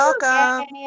Welcome